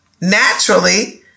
naturally